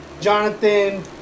Jonathan